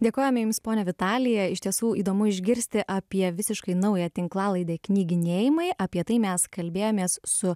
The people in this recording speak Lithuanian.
dėkojame jums ponia vitalija iš tiesų įdomu išgirsti apie visiškai naują tinklalaidę knyginėjimai apie tai mes kalbėjomės su